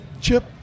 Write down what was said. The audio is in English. chip